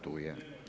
Tu je.